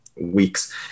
weeks